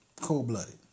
Cold-Blooded